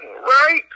right